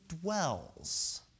dwells